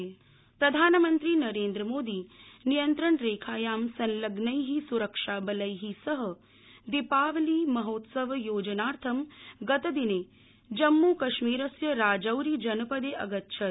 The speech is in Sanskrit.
प्रधानमंत्री एलओसी प्रधानमंत्री नरेन्द्रमोदी नियंत्रणरेखायां संलग्नैः स्रक्षाबलैः सह दीपावली महोत्सवयोजनार्थ गतदिने जम्मूकश्मीरस्य राजौरीजनपदे अगच्छत्